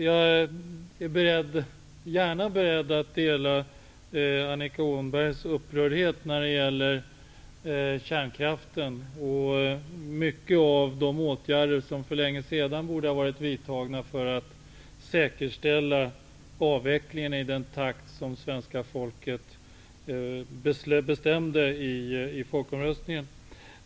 Jag är gärna beredd att dela Annika Åhnbergs upprördhet när det gäller kärnkraften och mycket av de åtgärder som för länge sedan borde ha varit vidtagna för att säkerställa avvecklingen i den takt som svenska folket bestämde i folkomröstningen.